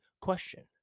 question